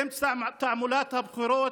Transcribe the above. באמצע תעמולת הבחירות,